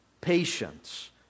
patience